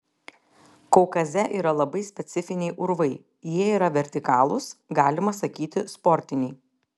kaukaze yra labai specifiniai urvai jie yra vertikalūs galima sakyti sportiniai